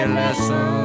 lesson